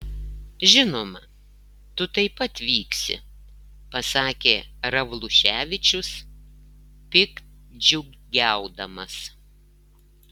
žinoma tu taip pat vyksi pasakė ravluševičius piktdžiugiaudamas